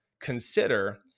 consider